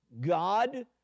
God